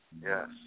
Yes